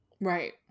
Right